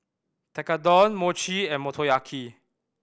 Tekkadon Mochi and Motoyaki